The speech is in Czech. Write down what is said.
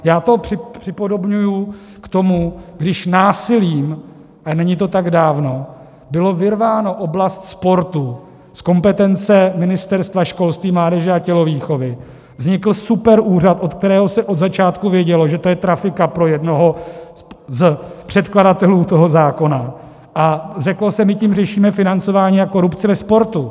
Já to připodobňuji k tomu, když násilím, a není to tak dávno, byla vyrvána oblast sportu z kompetence Ministerstva školství, mládeže a tělovýchovy, vznikl superúřad, u kterého se od začátku vědělo, že to je trafika pro jednoho z předkladatelů toho zákona, a řeklo se: my tím řešíme financování a korupci ve sportu.